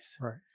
Right